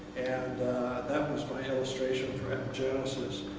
and that was my illustration for epigenesis.